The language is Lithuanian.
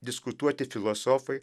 diskutuoti filosofai